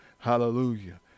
Hallelujah